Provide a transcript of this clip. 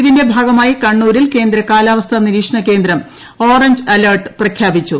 ഇതിന്റെ ഭാഗമായി കണ്ണൂരിൽ കേന്ദ്ര കാലാവസ്ഥാ നിരീക്ഷണ കേന്ദ്രം ഓറഞ്ച് അലർട്ട് പ്രഖ്യാപിച്ചു